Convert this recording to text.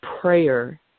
prayer